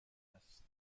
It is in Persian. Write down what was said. است